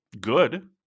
good